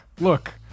look